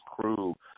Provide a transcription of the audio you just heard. crew